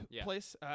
place